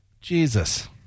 Jesus